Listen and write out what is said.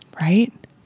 right